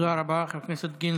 תודה רבה, חבר הכנסת גינזבורג.